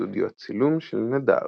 בסטודיו הצילום של נדאר.